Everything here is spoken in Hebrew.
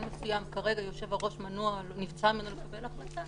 מסוים כרגע נבצר מיושב-ראש מלקבל החלטה,